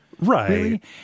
right